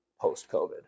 post-COVID